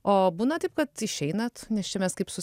o būna taip kad išeinat nes čia mes kaip su